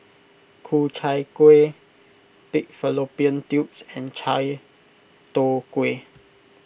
Ku Chai Kueh Pig Fallopian Tubes and Chai Tow Kuay